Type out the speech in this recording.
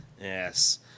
Yes